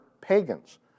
pagans